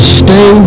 stay